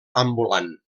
ambulant